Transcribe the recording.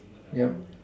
yeah